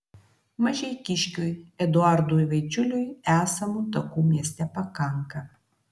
mažeikiškiui eduardui vaičiuliui esamų takų mieste pakanka